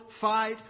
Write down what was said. fight